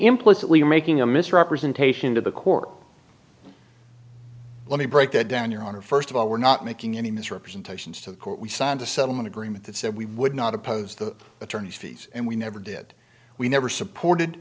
implicitly making a misrepresentation to the court let me break it down your honor first of all we're not making any misrepresentations to the court we signed a settlement agreement that said we would not oppose the attorney's fees and we never did we never supported